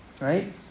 right